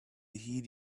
heed